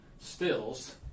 stills